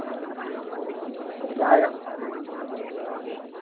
ᱡᱟᱦᱟᱸᱭᱚᱜ